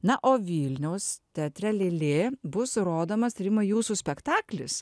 na o vilniaus teatre lėlė bus rodomas rimai jūsų spektaklis